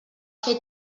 fer